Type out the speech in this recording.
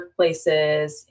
workplaces